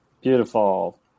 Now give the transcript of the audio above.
Beautiful